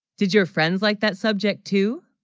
did your friends like that subject too